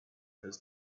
has